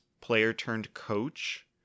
player-turned-coach